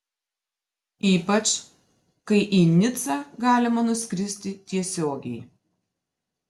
ypač kai į nicą galima nuskristi tiesiogiai